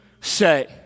say